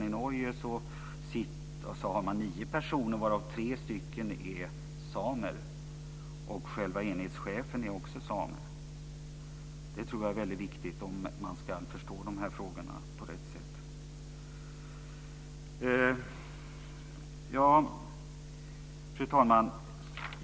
I Norge har man nio personer, varav tre är samer. Själva enhetschefen är också same. Det tror jag är väldigt viktigt om man ska förstå de här frågorna på rätt sätt. Fru talman!